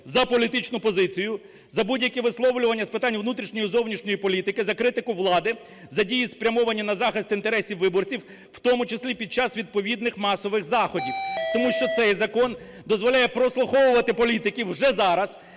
за політичну позицію, за будь-які висловлювання з питань внутрішньої і зовнішньої політики, за критику влади, за дії, спрямовані на захист інтересів виборців. В тому числі під час відповідних масових заходів, тому що цей закон дозволяє прослуховувати політиків уже зараз,